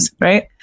right